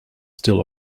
still